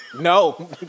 No